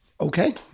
Okay